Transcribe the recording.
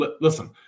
Listen